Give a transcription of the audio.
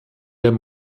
haben